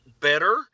better